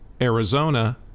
arizona